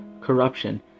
corruption